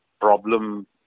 problem